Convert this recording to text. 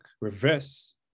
reverse